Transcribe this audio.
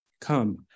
Come